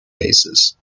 cases